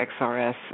XRS